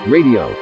Radio